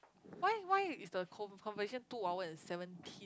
why why is the con~ conversation two hour and seventeen